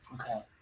Okay